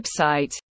website